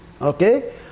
Okay